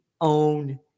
own